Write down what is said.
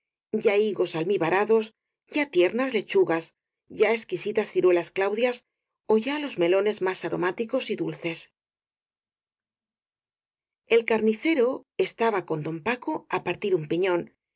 ya higos almibarados ya tiernas lechugas ya exquisitas ciruelas claudias ó ya los melones más aromáticos y dulces el carnicero estaba con don paco á partir un piñón